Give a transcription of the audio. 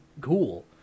cool